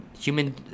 Human